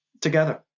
together